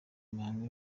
imihango